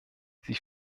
sie